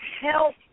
help